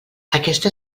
aquesta